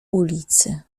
ulicy